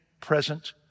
present